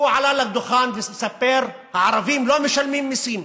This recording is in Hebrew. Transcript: הוא עלה לדוכן וסיפר: הערבים לא משלמים מיסים,